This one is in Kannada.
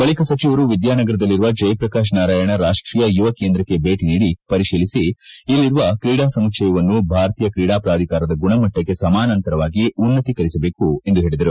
ಬಳಿಕ ಸಚಿವರು ವಿದ್ಯಾನಗರದಲ್ಲಿರುವ ಜಯಪ್ರಕಾಶ್ ನಾರಾಯಣ ರಾಷ್ಷೀಯ ಯುವ ಕೇಂದ್ರಕ್ಕೆ ಭೇಟಿ ನೀಡಿ ಪರಿಶೀಲಿಸಿ ಇಲ್ಲಿರುವ ಕ್ರೀಡಾ ಸಮುಚ್ವಯವನ್ನು ಭಾರತೀಯ ತ್ರೀಡಾ ಪ್ರಾಧಿಕಾರದ ಗುಣಮಟ್ಟಕ್ಕೆ ಸಮಾನಾಂತರಾವಾಗಿ ಉನ್ನತೀಕರಿಸಿಬೇಕು ಎಂದು ಹೇಳಿದರು